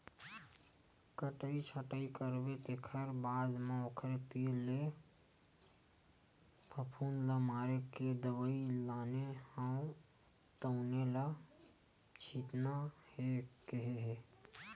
कटई छटई करबे तेखर बाद म ओखरे तीर ले फफुंद ल मारे के दवई लाने हव तउने ल छितना हे केहे हे